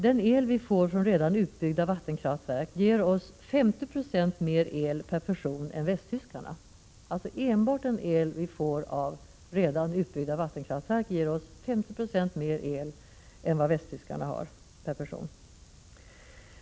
Den el vi får från redan utbyggda vattenkraftverk, alltså enbart den elen, ger oss 50 96 mer el per person än vad västtyskarna får.